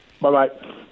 Bye-bye